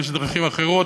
יש דרכים אחרות,